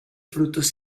frutos